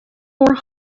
more